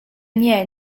nie